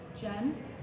Jen